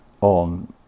on